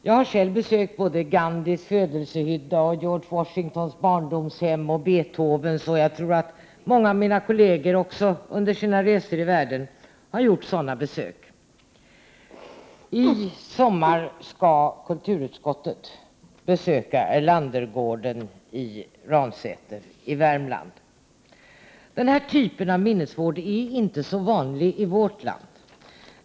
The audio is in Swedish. Jag har själv besökt både Gandhis födelsehydda och George Washingtons och Beethovens barndomshem, och jag tror att också mina kollegor under sina resor ute i världen har gjort sådana besök. I sommar skall kulturutskottet besöka Erlandergården i Ransäter i Värmland. Denna form av minnesvård är inte så vanlig i vårt land.